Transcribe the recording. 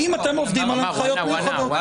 האם אתם עובדים על הנחיות מיוחדות?